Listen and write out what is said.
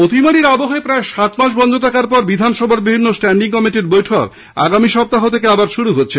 অতিমারীর আবহে প্রায় সাত মাস বন্ধ থাকার পর বিধানসভার বিভিন্ন স্ট্যান্ডিং কমিটির বৈঠক আগামী সপ্তাহ থেকে ফের শুরু হচ্ছে